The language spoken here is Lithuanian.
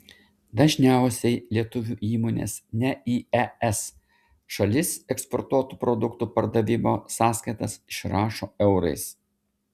dažniausiai lietuvių įmonės ne į es šalis eksportuotų produktų pardavimo sąskaitas išrašo eurais